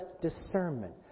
discernment